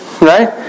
Right